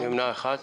נמנע אחד.